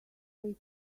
take